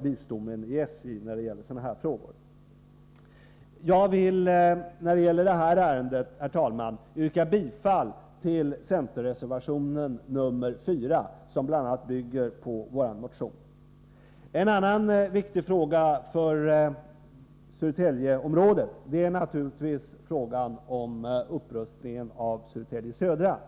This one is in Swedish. visdomen inom SJ när det gäller sådana här frågor. Herr talman! Jag vill beträffande det här ärendet yrka bifall till centerreservation nr 4, som bl.a. bygger på vår motion. En annan viktig fråga för Södertäljeområdet är naturligtvis upprustningen av Södertälje Södra.